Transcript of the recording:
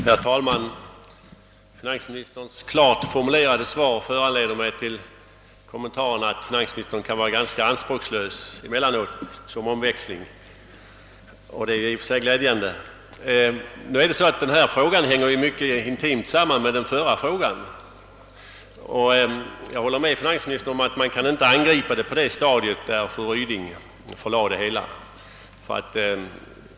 Herr talman! Finansministerns klart fromulerade svar föranleder mig att göra kommentaren att finansministern ibland som omväxling kan vara ganska anspråkslös, och det är ju i och för sig glädjande. Denna fråga hänger intimt samman med den förra frågan. Jag håller med finansministern om att man inte kan angripa problemet på det stadium dit fru Ryding förlade det.